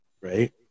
right